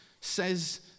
says